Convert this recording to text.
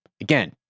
Again